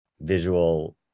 visual